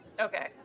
Okay